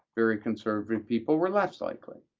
very conservative people were less likely,